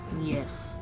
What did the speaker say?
Yes